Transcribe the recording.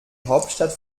hauptstadt